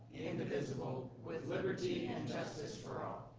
indivisible, with liberty and justice for all.